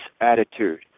attitude